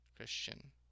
Christian